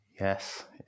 Yes